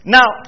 Now